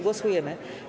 Głosujemy.